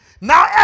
now